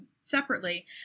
separately